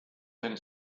sven